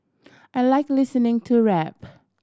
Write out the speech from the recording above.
I like listening to rap